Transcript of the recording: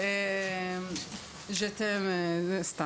אנחנו אפילו עכשיו מנסים לעבוד מול משרד